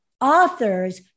authors